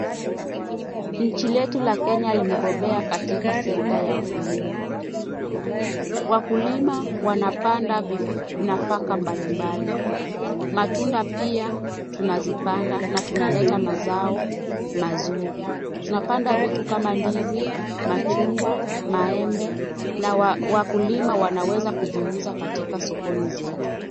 Nchi letu la Kenya limebobea katika sekta ya ukulima. Wakulima wanapanda nafaka mbalimbali, matunda pia tunazipanda na tunaleta mazao mazuri. Tunapanda vitu kama ndizi, machungwa, maembe na wakulima wanaweza kuviuza katika sokoni zetu.